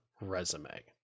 resume